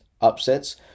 upsets